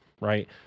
right